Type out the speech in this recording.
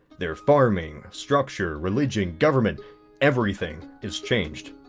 their farming, structure, religion, government everything is changed.